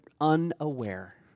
unaware